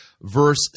verse